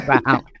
Wow